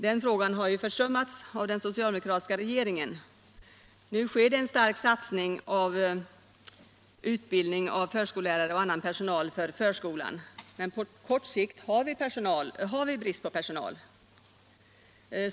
Den frågan har försummats av den socialdemokratiska regeringen. En stark satsning sker nu på utbildning av förskollärare och annan personal för förskolan, men på kort sikt har vi brist på personal.